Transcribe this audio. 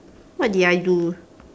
what did I do